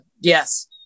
Yes